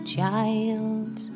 child